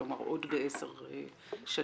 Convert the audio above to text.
כלומר עוד בעשר שנים.